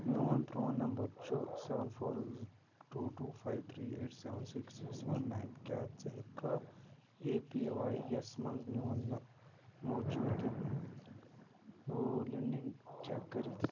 میٚون پرٛون نمبر چھُ seven four two two five three eight seven six six one nine کیٛاہ ژٕ ہیٚکہٕ کھا اے پی واٮٔی ایَس مَنٛز میٛون موٗجوٗدٕ ہولڈنگ چیک کٔرِتھ